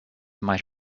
might